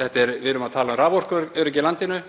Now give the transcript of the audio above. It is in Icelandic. Við erum að tala um raforkuöryggi í landinu.